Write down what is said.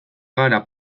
gara